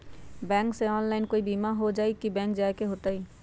Bank से online कोई बिमा हो जाई कि बैंक जाए के होई त?